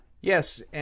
Yes